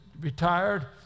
retired